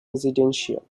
residential